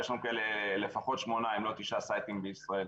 ויש לנו כאלה לפחות שמונה אם לא תשעה אתרים בישראל.